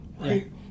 Right